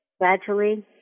Gradually